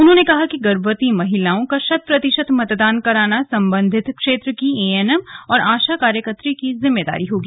उन्होंने कहा कि गर्भवती महिलाओं का शत प्रतिशत मतदान कराना संबंधित क्षेत्र की एएनएम और आशा कार्यकत्री की जिम्मेदारी होगी